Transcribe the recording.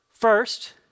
First